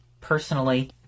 personally